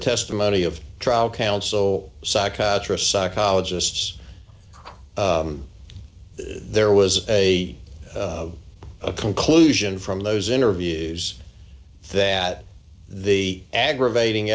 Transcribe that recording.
testimony of trial counsel psychiatrists psychologists there was a a conclusion from those interviews that the aggravating